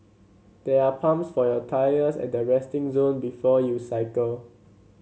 there are pumps for your tyres at the resting zone before you cycle